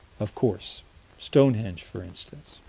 of course stonehenge, for instance.